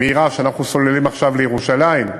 מהירה שאנחנו סוללים עכשיו לירושלים,